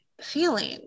feeling